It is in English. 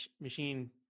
machine